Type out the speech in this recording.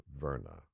Verna